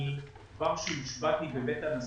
כבר עת הושבעתי בבית הנשיא,